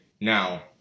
Now